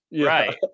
Right